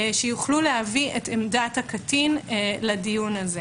שיוכלו להביא את עמדת הקטין לדיון הזה.